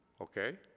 okay